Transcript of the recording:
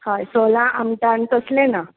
हय सोलां आमटान तसले ना